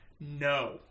no